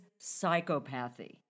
psychopathy